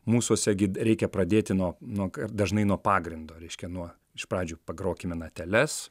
mūsuose gi reikia pradėti nuo nuo dažnai nuo pagrindo reiškia nuo iš pradžių pagrokime nateles